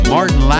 Martin